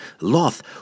Loth